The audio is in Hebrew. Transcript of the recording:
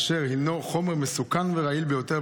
אשר הינו חומר מסוכן ורעיל ביותר,